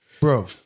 Bro